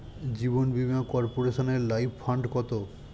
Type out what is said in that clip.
জীবন বীমা কর্পোরেশনের life fund কত?